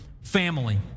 family